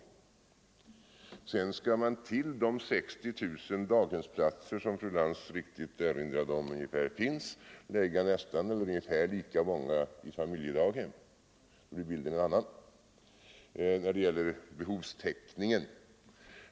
För det andra skall man till de befintliga 60 000 daghemsplatserna —- fru Lantz angav alldeles riktigt detta antal — lägga ungefär lika många i familjedaghem. Då blir bilden en annan när det gäller behovstäckningen.